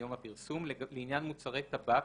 לעניין מוצרי טבק,